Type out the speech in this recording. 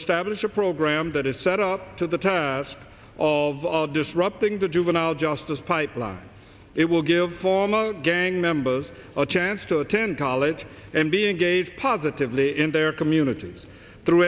establish a program that is set up to the task of disrupting the juvenile justice pipeline it will give former gang members a chance to attend college and be engaged positively in their communities through